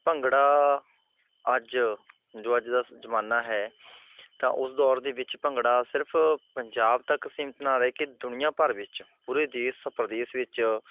ਭੰਗੜਾ ਅੱਜ ਜੋ ਅੱਜ ਦਾ ਜ਼ਮਾਨਾ ਹੈ ਤਾਂ ਉਸ ਦੌਰ ਦੇ ਵਿੱਚ ਭੰਗੜਾ ਸਿਰਫ ਪੰਜਾਬ ਤੱਕ ਸੀਮਤ ਨਾ ਰਹਿ ਕੇ ਦੁਨੀਆਂ ਭਰ ਵਿੱਚ ਪੂਰੇ ਦੇਸ਼ ਪ੍ਰਦੇਸ਼ ਵਿੱਚ